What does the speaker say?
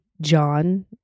John